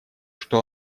что